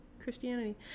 christianity